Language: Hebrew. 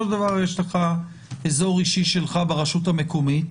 של דבר יש לך אזור אישי שלך ברשות המקומית